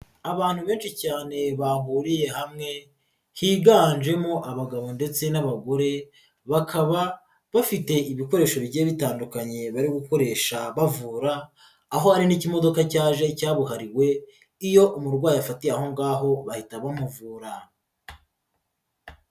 Abantu benshi cyane bahuriye hamwe higanjemo abagabo ndetse n'abagore, bakaba bafite ibikoresho bigiye bitandukanye bari gukoresha bavura, aho hari n'imodoka cyaje cyabuhariwe, iyo umurwayifatiye aho ngaho bahita bamuvura.